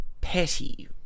petty